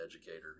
educator